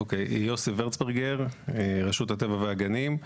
אוקיי, יוסי ורצברגר, רשות הטבע והגנים.